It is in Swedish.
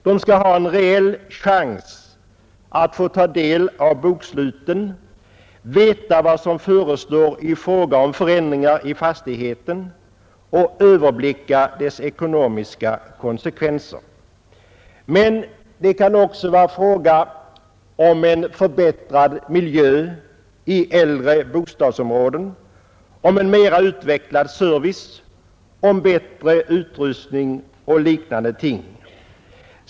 De skall ha en reell chans att få ta del av boksluten, få veta vad som förestår i fråga om förändringar i fastigheten och kunna överblicka de ekonomiska konsekvenserna därav. Men det kan också vara fråga om en förbättrad miljö i äldre bostadsområden, om en mera utvecklad service, om bättre utrustning och liknande ting.